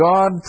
God